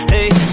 Hey